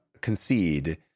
concede